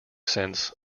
sense